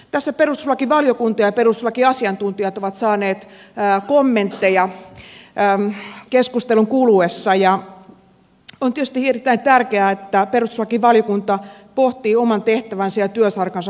perustuslakivaliokunta ja perustuslakiasiantuntijat ovat saaneet kommentteja keskustelun kuluessa ja on tietysti erittäin tärkeää että perustuslakivaliokunta pohtii oman tehtävänsä ja työsarkansa huolellisesti